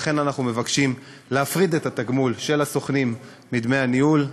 לכן אנחנו מבקשים להפריד את התגמול של הסוכנים מדמי הניהול.